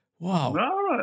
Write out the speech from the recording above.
Wow